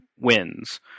wins